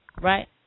right